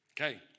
Okay